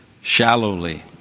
shallowly